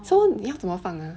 so 你要怎么放 ah